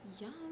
Yum